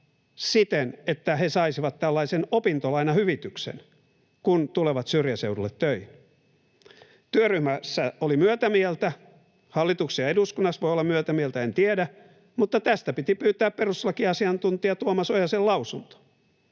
siten, että he saisivat opintolainahyvityksen, kun tulevat syrjäseudulle töihin. Työryhmässä oli myötämieltä, hallituksessa ja eduskunnassa voi olla myötämieltä, en tiedä, mutta tästä piti pyytää perustuslakiasiantuntija Tuomas Ojasen lausunto.